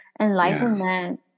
enlightenment